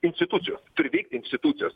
institucijos turi veikti institucijos